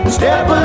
Step